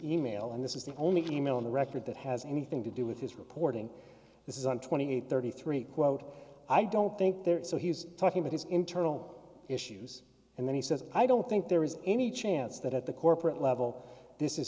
e mail and this is the only email in the record that has anything to do with his reporting this is on twenty eight thirty three quote i don't think there is so he is talking about his internal issues and then he says i don't think there is any chance that at the corporate level this is